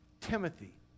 Timothy